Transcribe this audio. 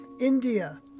India